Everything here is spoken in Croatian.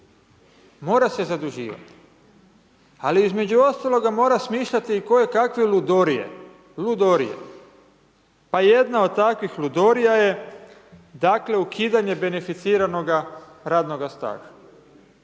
mora se zaduživati. Ali između ostaloga mora smišljati i koje kakve ludorije, ludorije. Pa jedna od takvih ludorija je dakle ukidanje beneficiranoga radnoga staža